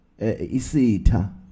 Isita